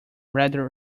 rather